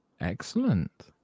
Excellent